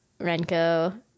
Renko